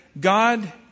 God